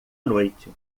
noite